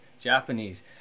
Japanese